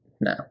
No